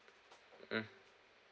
mm